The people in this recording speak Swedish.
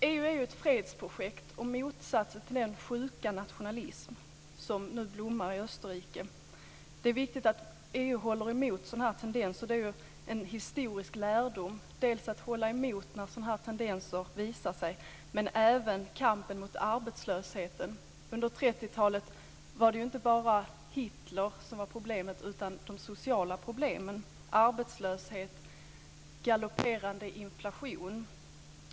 EU är ett fredsprojekt och motsatsen till den sjuka nationalism som nu blommar i Österrike. Det är viktigt att EU håller emot sådana här tendenser. Det är en historisk lärdom att hålla emot när sådana här tendenser visar sig. Det gäller även kampen mot arbetslösheten. Under 30-talet var det ju inte bara Hitler som var problemet. Det fanns även sociala problem, arbetslöshet och galopperande inflation.